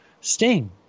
Sting